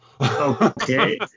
Okay